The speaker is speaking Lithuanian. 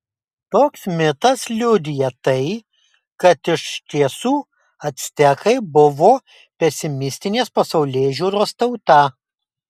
toks mitas liudija tai kad iš tiesų actekai buvo pesimistinės pasaulėžiūros tauta